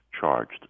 charged